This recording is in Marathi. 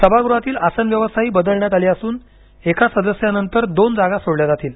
सभागृहातील आसनव्यवस्थाही बदलण्यात आली असून एका सदस्यानंतर दोन जागा सोडल्या जातील